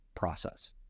Process